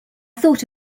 thought